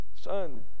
son